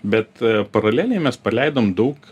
bet paraleliai mes paleidom daug